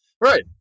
right